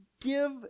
give